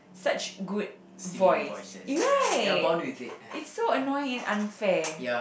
such good voice right it's so annoying and unfair